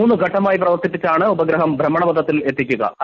മൂന്ന് ഘട്ടമായി പ്രവർത്തിപ്പിച്ചാണ് ഉപഗ്രഹം ഭ്രമണപഥത്തിൽ എത്തിക്കുകു